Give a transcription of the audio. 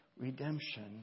redemption